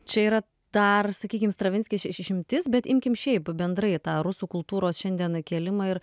čia yra dar sakykim stravinskis išimtis bet imkim šiaip bendrai tą rusų kultūros šiandien kėlimą ir